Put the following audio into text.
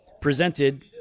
presented